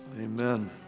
amen